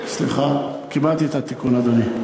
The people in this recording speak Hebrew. סליחה, קיבלתי את התיקון, אדוני.